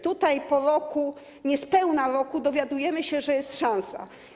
Tutaj po roku, niespełna roku, dowiadujemy się, że jest szansa.